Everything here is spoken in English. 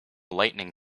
lightening